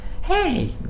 hey